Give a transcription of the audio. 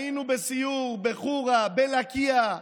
היינו בסיור בחורה, בלקיה,